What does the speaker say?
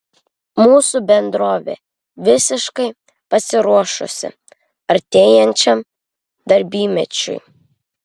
mūsų bendrovė visiškai pasiruošusi artėjančiam darbymečiui